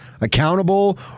accountable